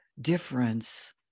difference